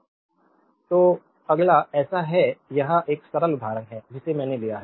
slide time देखें 0325 तो अगला ऐसा है यह एक सरल उदाहरण है जिसे मैंने लिया है